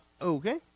Okay